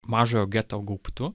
mažojo geto gaubtu